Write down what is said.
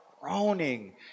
groaning